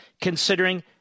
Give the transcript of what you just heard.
considering